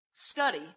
study